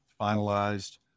finalized